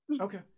okay